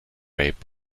rape